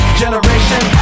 generation